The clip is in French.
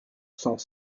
sans